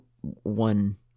one